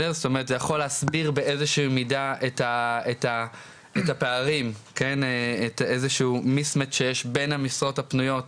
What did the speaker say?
זה יכול להסביר באיזו שהיא מידה את הפערים בין המשרות הפנויות